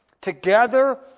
together